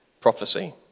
prophecy